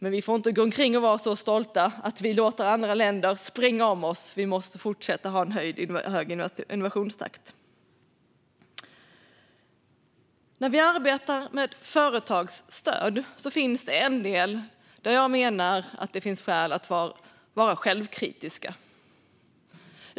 Men vi får inte gå omkring och vara så stolta att vi låter andra länder springa om oss. Vi måste fortsätta att ha en hög innovationstakt. När vi arbetar med företagsstöd finns det en del där jag menar att det finns skäl att vara självkritiska.